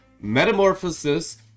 Metamorphosis